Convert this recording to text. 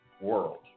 world